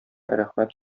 рәхмәт